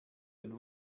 den